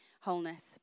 wholeness